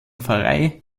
pfarrei